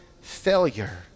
failure